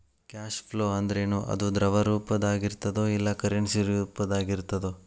Cash flow ಅಂದ್ರೇನು? ಅದು ದ್ರವ ರೂಪ್ದಾಗಿರ್ತದೊ ಇಲ್ಲಾ ಕರೆನ್ಸಿ ರೂಪ್ದಾಗಿರ್ತದೊ?